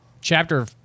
chapter